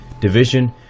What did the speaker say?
division